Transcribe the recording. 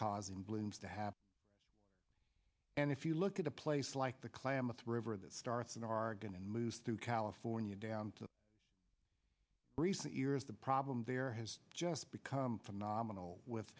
causing blooms to happen and if you look at a place like the klamath river that starts in oregon and moves through california down to recent years the problem there has just become phenomenal with